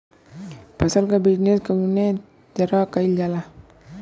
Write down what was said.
फसल क बिजनेस कउने तरह कईल जाला?